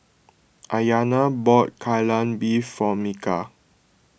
Ayana bought Kai Lan Beef for Micah